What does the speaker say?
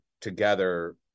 together